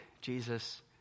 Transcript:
Jesus